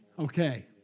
Okay